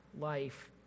life